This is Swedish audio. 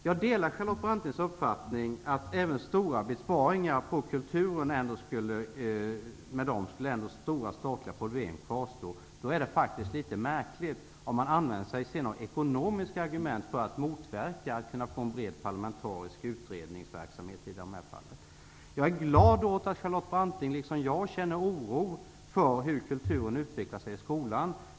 Jag delar Charlotte Brantings uppfattning att även med stora besparingar på kulturen skulle statliga problem ändå uppstå. Då är det märkligt att hon sedan använder sig av ekonomiska argument för att motverka en bred parlamentarisk utredningsverksamhet i dessa fall. Jag är glad för att Charlotte Branting, liksom jag, känner oro för utvecklingen av kulturfrågor i skolan.